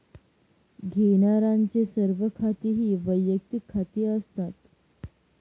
घेण्यारांचे सर्व खाती ही वैयक्तिक खाती असतात